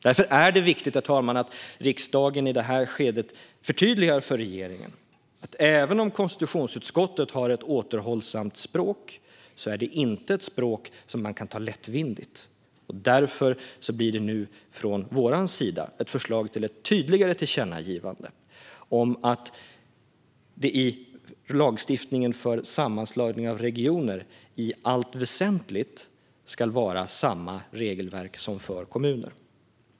Därför är det viktigt, herr talman, att riksdagen i det här skedet förtydligar för regeringen att även om konstitutionsutskottet har ett återhållsamt språk är det inte ett språk som man kan ta lättvindigt. Därför blir det nu från vår sida ett förslag till ett tydligare tillkännagivande om att det i lagstiftningen för sammanslagning av regioner i allt väsentligt ska vara samma regelverk som för kommuner.